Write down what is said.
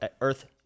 earth